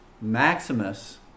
Maximus